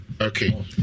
Okay